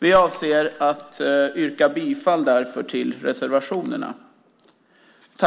Vi avser därför att yrka bifall till reservationerna.